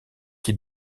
qui